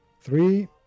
three